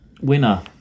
Winner